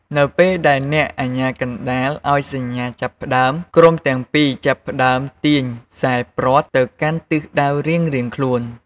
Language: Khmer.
នៅពេលដែលអ្នកអាជ្ញាកណ្ដាលឱ្យសញ្ញា "ចាប់ផ្ដើម" ក្រុមទាំងពីរចាប់ផ្តើមទាញខ្សែព្រ័ត្រទៅកាន់ទិសដៅរៀងៗខ្លួន។